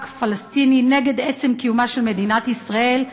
פלסטיני נגד עצם קיומה של מדינת ישראל,